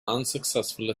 unsuccessful